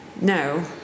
No